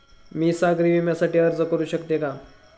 मी सागरी विम्यासाठी अर्ज करू शकते का?